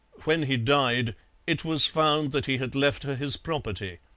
when he died it was found that he had left her his property.